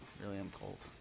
million pulled